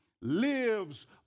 lives